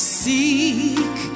seek